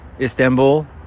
Istanbul